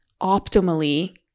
optimally